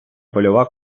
польова